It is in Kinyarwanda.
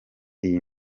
iyi